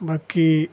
बाकी